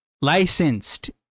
licensed